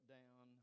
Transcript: down